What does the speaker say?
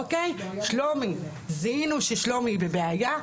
שלומי, זיהינו ששלומי היא בבעיה.